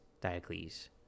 Diocles